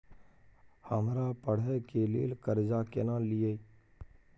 हमरा पढ़े के लेल कर्जा केना लिए?